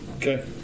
Okay